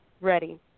ready